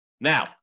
Now